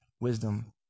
wisdom